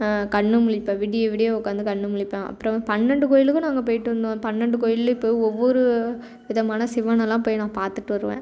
கண் முழிப்பேன் விடிய விடிய உட்காந்து கண்ணு முழிப்பேன் அப்புறம் பன்னெண்டு கோவிலுக்கும் நாங்கள் போய்ட்டு வந்தோம் பன்னெண்டு கோவில்லேயும் போய் ஒவ்வொரு விதமான சிவனெலாம் போய் நான் பார்த்துட்டு வருவேன்